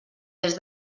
des